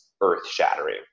earth-shattering